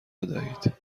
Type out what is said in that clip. بدهید